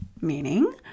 Meaning